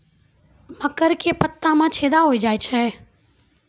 मकर के पत्ता मां छेदा हो जाए छै?